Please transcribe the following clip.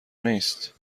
نیست